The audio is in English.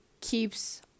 keeps